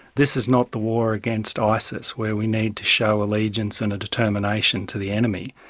this is not the war against isis where we need to show allegiance and a determination to the enemy.